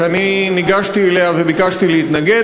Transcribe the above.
אני ניגשתי אליה וביקשתי להתנגד,